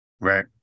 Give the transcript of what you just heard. Right